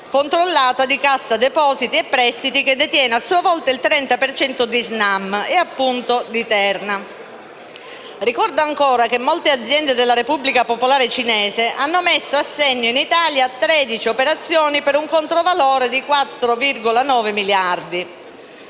controllata di Cassa depositi e prestiti, che detiene a sua volta il 30 per cento di Snam e, appunto, di Terna. Ricordo ancora che molte altre aziende della Repubblica popolare cinese hanno messo a segno in Italia 13 operazioni per un controvalore di 4,9 miliardi.